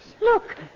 Look